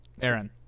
Aaron